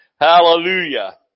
Hallelujah